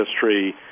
history